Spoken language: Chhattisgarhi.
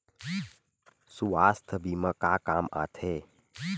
सुवास्थ बीमा का काम आ थे?